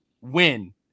win